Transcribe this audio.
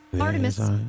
Artemis